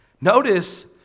Notice